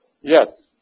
yes